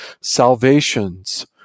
Salvations